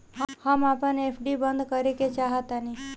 हम अपन एफ.डी बंद करेके चाहातानी